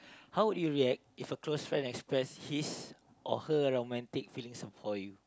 how would you react if a close friend express his or her romantic feelings for you